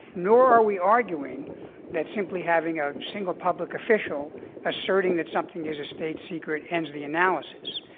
nor are we arguing that simply having a single public official asserting that something is a state secret ends the analysis.